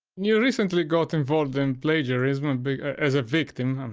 you you recently got involved in plagiarism as a victim,